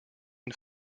une